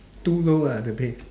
too low ah the pay